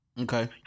Okay